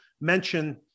mention